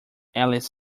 alice